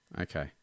okay